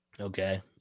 okay